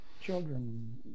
children